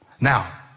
Now